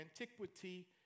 antiquity